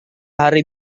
hari